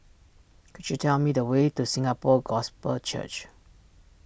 could you tell me the way to Singapore Gospel Church